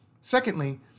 Secondly